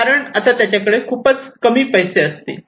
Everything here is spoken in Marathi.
कारण आता त्याच्याकडे खूपच कमी पैसे असतील